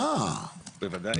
בוודאי.